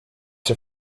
się